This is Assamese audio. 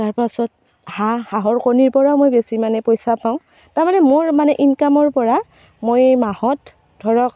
তাৰপাছত হাঁহ হাঁহৰ কণীৰ পৰাও মই বেচি মানে পইচা পাওঁ তাৰমানে মোৰ মানে ইনকামৰ পৰা মই মাহত ধৰক